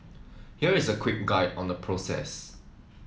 here is a quick guide on the process